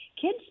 kids